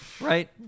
right